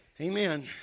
amen